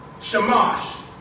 Shamash